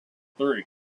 three